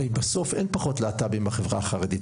הרי, בסוף, אין פחות להט"בים בחברה החרדית.